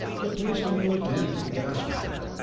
the policeman will attend to the gas-man.